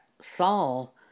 Saul